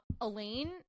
Elaine